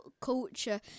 culture